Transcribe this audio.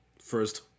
first